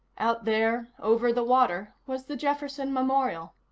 out there, over the water, was the jefferson memorial.